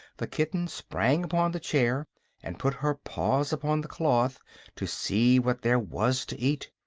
the kitten sprang upon the chair and put her paws upon the cloth to see what there was to eat.